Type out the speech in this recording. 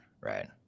right